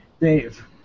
Dave